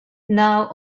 now